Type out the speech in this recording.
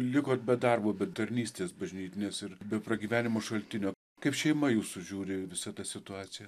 likot be darbo be tarnystės bažnytinės ir be pragyvenimo šaltinio kaip šeima jūsų žiūri į visą tą situaciją